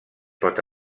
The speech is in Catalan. pot